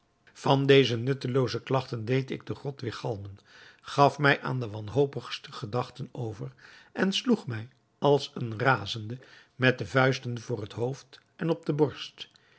van deze nuttelooze klagten deed ik de grot weêrgalmen gaf mij aan de wanhopigste gedachten over en sloeg mij als een razende met de vuisten voor het hoofd en op de borst